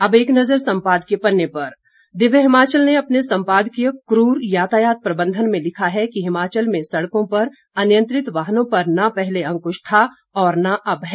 अब एक नज़र सम्पादकीय पन्ने पर दिव्य हिमाचल ने अपने सम्पादकीय क्रूर यातायात प्रबंधन में लिखा है कि हिमाचल में सड़कों पर अनियंत्रित वाहनों पर न पहले अंक्श था और न अब है